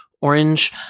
orange